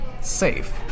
safe